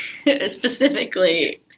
specifically